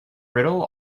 riddle